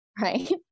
Right